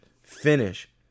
Finish